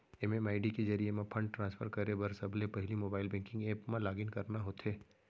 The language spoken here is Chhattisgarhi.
एम.एम.आई.डी के जरिये म फंड ट्रांसफर करे बर सबले पहिली मोबाइल बेंकिंग ऐप म लॉगिन करना होथे